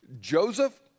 Joseph